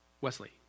Wesley